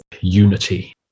Unity